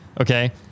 okay